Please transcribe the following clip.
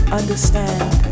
understand